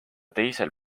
teisel